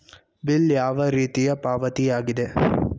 Bill ಯಾವ ರೀತಿಯ ಪಾವತಿಯಾಗಿದೆ?